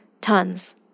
tons